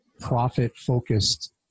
profit-focused